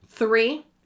Three